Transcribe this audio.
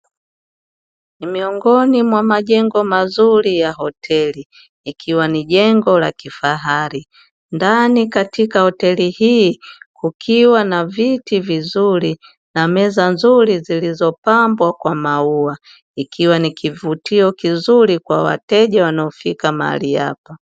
Ni miongoni mwa jengo mazuri la hoteli, ikiwa ni jengo la kifahari, ndani katika hoteli hii kukiwa na viti vizuri na meza nzuri zilizo pambwa kwa maua, ikiwa ni kivutio kizuri cha wateja wanao fika mahali hapa.